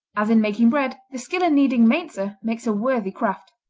as in making bread, the skill in kneading mainzer makes a worthy craft.